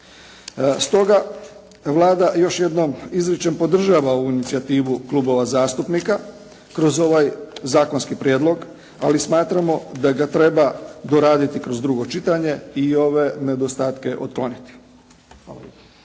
Stoga Vlada, još jednom ističem, podržava ovu inicijativu klubova zastupnika kroz ovaj zakonski prijedlog, ali smatramo da ga treba doraditi kroz drugo čitanje i ove nedostatke otkloniti.